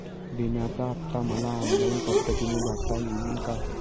विम्याचा हफ्ता मला ऑनलाईन पद्धतीने भरता येईल का?